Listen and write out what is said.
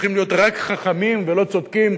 צריכים להיות רק חכמים ולא צודקים,